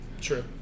True